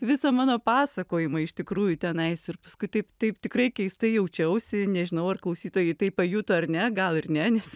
visą mano pasakojimą iš tikrųjų tenais ir paskui taip taip tikrai keistai jaučiausi nežinau ar klausytojai tai pajuto ar ne gal ir ne nes